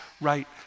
right